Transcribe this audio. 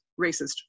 racist